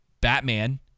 batman